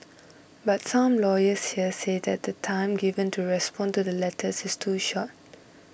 but some lawyers here say that the time given to respond to the letters is too short